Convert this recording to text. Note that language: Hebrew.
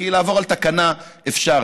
כי לעבור על תקנה אפשר,